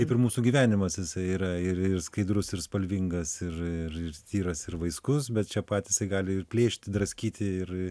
kaip ir mūsų gyvenimas jisai yra ir ir skaidrus ir spalvingas ir ir tyras ir vaiskus bet čia pat jisai gali ir plėšti draskyti ir